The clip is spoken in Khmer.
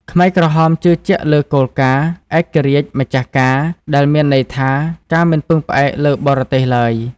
ខ្មែរក្រហមជឿជាក់លើគោលការណ៍ «ឯករាជ្យ ម្ចាស់ការ» ដែលមានន័យថាការមិនពឹងផ្អែកលើបរទេសឡើយ។